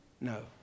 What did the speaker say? No